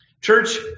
Church